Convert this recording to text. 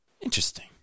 Interesting